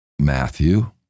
Matthew